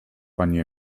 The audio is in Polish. pani